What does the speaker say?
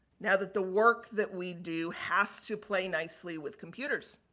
now that the work that we do has to play nicely with computers?